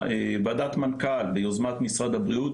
וועדת מנכל ביוזמת משרד הבריאות,